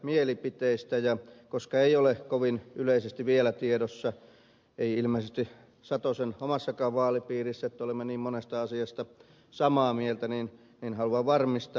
ja koska ei ole kovin yleisesti vielä tiedossa ei ilmeisesti satosen omassakaan vaalipiirissä että olemme niin monesta asiasta samaa mieltä niin haluan varmistaa että ed